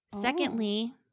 Secondly